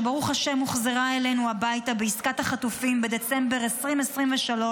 שברוך ה' הוחזרה אלינו הביתה בעסקת החטופים בדצמבר 2023,